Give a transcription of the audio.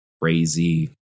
crazy